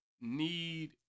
need